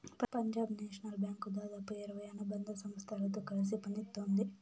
Punjab National Bank దాదాపు ఇరవై అనుబంధ సంస్థలతో కలిసి పనిత్తోంది